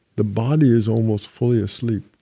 the body is almost fully asleep.